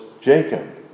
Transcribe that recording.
Jacob